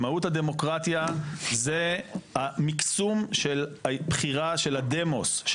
ומהות הדמוקרטיה זה המקסום של בחירה של הדמוס,